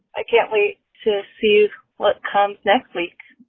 i can't wait to see what comes next week